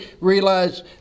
realize